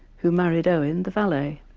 who married owen, the valet.